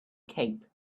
cape